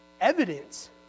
evidence